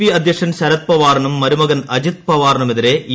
P അധ്യക്ഷൻ ശരദ് പവാറിനൂഉ ിമര്യ്മകൻ അജിത് പവാറിനുമെതിരെ ഇ